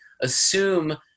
assume